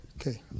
Okay